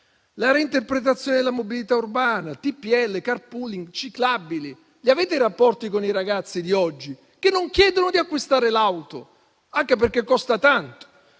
la reinterpretazione della mobilità urbana, TPL, *car pooling*, ciclabili; li avete rapporti con i ragazzi di oggi? Non chiedono di acquistare l'auto, anche perché costa tanto.